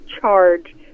charge